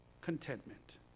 contentment